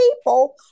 people